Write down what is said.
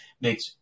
makes